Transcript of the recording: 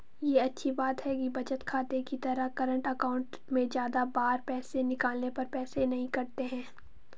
ये अच्छी बात है कि बचत खाते की तरह करंट अकाउंट में ज्यादा बार पैसे निकालने पर पैसे नही कटते है